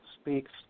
speaks